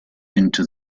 into